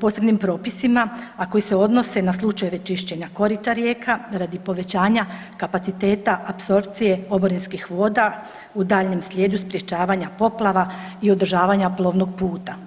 posebnim propisima, a koji se odnose na slučajeve čišćenja korita rijeka radi povećanja kapaciteta apsorpcije oborinskih voda u daljnjem slijedu sprječavanja poplava i održavanja plovnog puta.